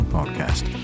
Podcast